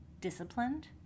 disciplined